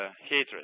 hatred